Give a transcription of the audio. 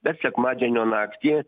bet sekmadienio naktį